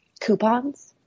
coupons